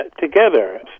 together